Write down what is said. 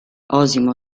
osimo